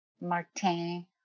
Martin